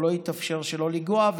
לא יתאפשר שלא לנגוע.